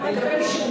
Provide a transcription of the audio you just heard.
אבל זה החוק הקיים.